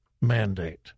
mandate